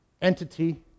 Entity